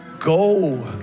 Go